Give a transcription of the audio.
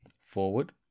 forward